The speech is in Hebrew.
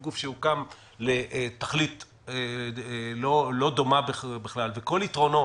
הוא גוף שהוקם לתכלית לא דומה בכלל וכל יתרונו